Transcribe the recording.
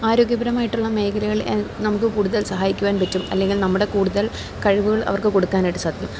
ആരോഗ്യപരമായിട്ടുള്ള മേഖലകൾ നമുക്കു കൂടുതൽ സഹായിക്കുവാൻ പറ്റും അല്ലെങ്കിൽ നമ്മുടെ കൂടുതൽ കഴിവുകൾ അവർക്കു കൊടുക്കാനായിട്ടു സാധിക്കും